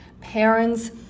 parents